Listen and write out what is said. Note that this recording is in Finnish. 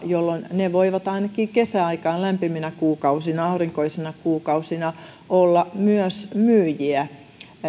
jolloin ne voivat ainakin kesäaikaan lämpiminä aurinkoisina kuukausina olla myös myyjiä